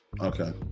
Okay